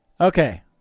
Okay